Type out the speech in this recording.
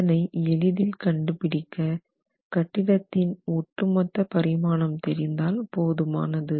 இதனை எளிதில் கண்டுபிடிக்க கட்டிடத்தின் ஒட்டுமொத்த பரிமாணம் தெரிந்தால் போதுமானது